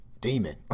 demon